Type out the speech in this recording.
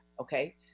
okay